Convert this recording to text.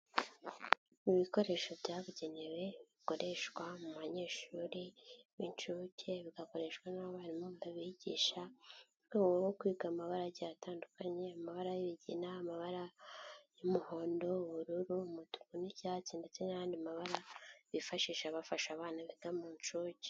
Ibikoresho byabugenewe bikoreshwa mu banyeshuri b'incuke bigakoreshwa n'abarimu babigisha mu rwe rwo kwiga amabara atandukanye, amabara y'ibigina, amabara y'umuhondo, ubururu, umutuku n'icyatsi ndetse nandi mabara bifashisha bafasha abana biga mu inshuke.